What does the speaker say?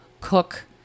cook